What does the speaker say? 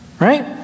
right